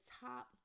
top